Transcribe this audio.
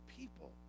people